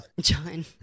John